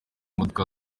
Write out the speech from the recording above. imodoka